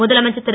முதலமைச்சர் திரு